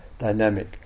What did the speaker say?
dynamic